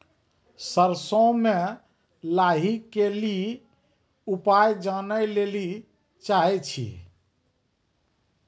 सरसों मे लाही के ली उपाय जाने लैली चाहे छी?